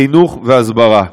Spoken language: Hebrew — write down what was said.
חינוך והסברה.